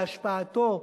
בהשפעתו.